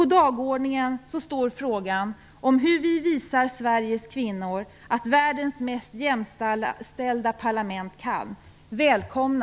På dagordningen står frågan hur vi visar Sveriges kvinnor att världens mest jämställda parlament kan.